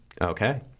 Okay